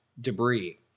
debris